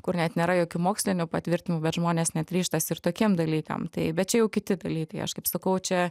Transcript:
kur net nėra jokių mokslinių patvirtinimų bet žmonės net ryžtas tokiem dalykam tai bet čia jau kiti dalykai aš kaip sakau čia